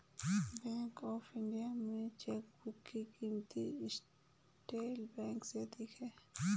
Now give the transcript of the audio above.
bank of India में chequebook की क़ीमत सेंट्रल बैंक से अधिक है